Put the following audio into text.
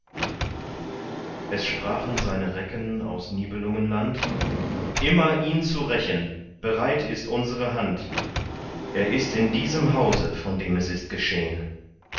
es sprachen seine recken aus nibelungenland immer ihn zu rächen bereit ist unsere hand er ist in diesem hause von dem es ist geschehn